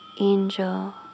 angel